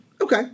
Okay